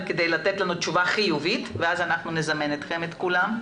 כדי לתת לנו תשובה חיובית ואז נזמן את כולם שוב.